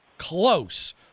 close